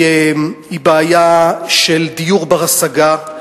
היא בעיה של דיור בר-השגה,